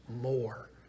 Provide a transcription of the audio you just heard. more